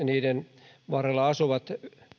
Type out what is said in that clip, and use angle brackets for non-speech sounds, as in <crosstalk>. <unintelligible> niiden varrella asuvat